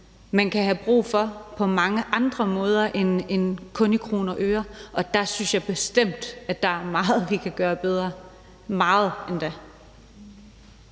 man kan have brug for på mange andre måder end kun i kroner og øre, og der synes jeg bestemt, at der er meget, vi kan gøre bedre – meget endda!